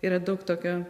yra daug tokio